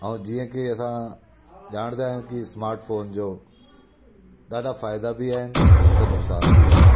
ऐं जीअं की असां ॼाणंदा आहियूं कि स्माटफोन जो ॾाढा फ़ाइदा बि आहिनि त नुक़्सान बि आहिनि